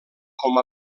com